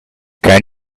can